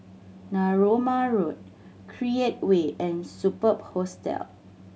Narooma Road Create Way and Superb Hostel